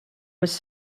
was